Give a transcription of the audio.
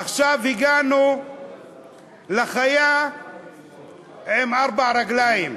עכשיו הגענו לחיה עם ארבע רגליים,